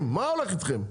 מתווכחים מה הולך איתכם?